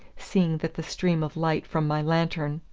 seeing that the stream of light from my lantern,